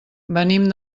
venim